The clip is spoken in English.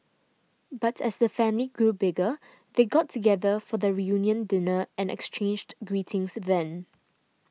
but as the family grew bigger they got together for the reunion dinner and exchanged greetings then